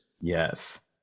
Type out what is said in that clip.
Yes